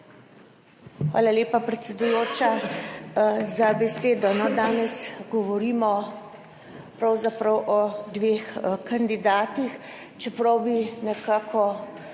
Hvala lepa, predsedujoča, za besedo. No, danes govorimo pravzaprav o dveh kandidatih, čeprav bi nekako